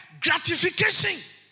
gratification